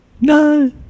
No